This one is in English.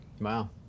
Wow